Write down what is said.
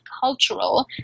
cultural